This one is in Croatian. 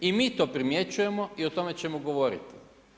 I mi to primjećujemo i o tome ćemo govoriti.